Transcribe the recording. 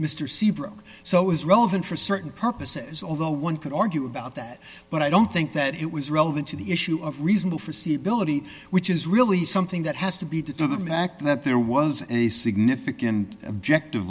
mr seabrook so is relevant for certain purposes although one could argue about that but i don't think that it was relevant to the issue of reason to forsee billeted which is really something that has to be to do them act that there was a significant objective